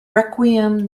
requiem